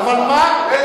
אבל מה תדע לך,